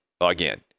again